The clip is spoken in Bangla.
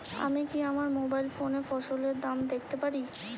আমি কি আমার মোবাইল ফোনে ফসলের দাম দেখতে পারি?